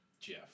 Jeff